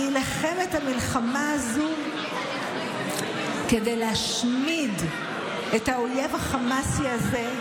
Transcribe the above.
להילחם את המלחמה הזו כדי להשמיד את האויב החמאסי הזה,